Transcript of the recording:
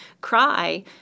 cry